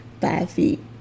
five-feet